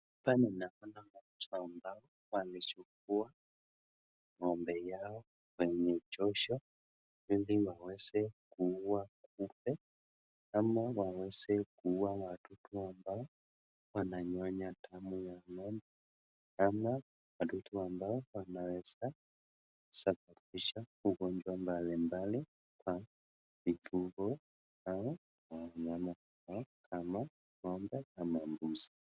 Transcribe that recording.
Hapa ninaona watu ambao wamechukua ng'ombe yao kwenye maoshesho ili waeze kuua kupe, ama kuua wadudu ambao wananyonya damu ya ng'ombe, ama wadudu ambao wanaweza kusababisha ugonjwa mbalimbali kwa mifugo wao ama wanyama wao kama ngombe ama mbuzi.